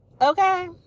Okay